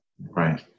Right